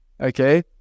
Okay